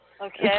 Okay